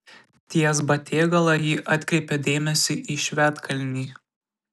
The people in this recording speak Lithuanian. ties batėgala ji atkreipė dėmesį į švedkalnį